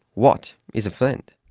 what is a friend?